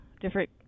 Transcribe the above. different